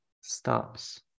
stops